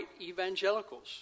evangelicals